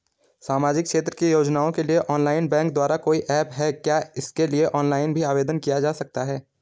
सामाजिक क्षेत्र की योजनाओं के लिए ऑनलाइन बैंक द्वारा कोई ऐप है क्या इसके लिए ऑनलाइन भी आवेदन किया जा सकता है?